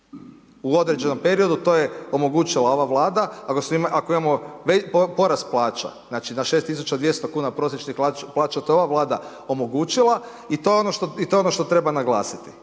u određenom periodu, to je omogućila ova vlada, ako imamo porast plaća, znači na 6200 kuna prosječnih plaća to je ova vlada omogućila i to je ono što treba naglasiti,